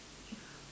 ya